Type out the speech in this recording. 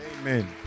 Amen